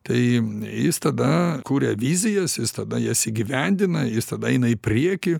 tai jis tada kuria vizijas jis tada jas įgyvendina jis tada eina į priekį